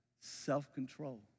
self-control